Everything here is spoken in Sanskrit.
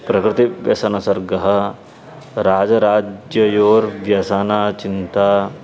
प्रकृतिव्यसनसर्गः राजराज्ययोर्व्यसना चिन्ता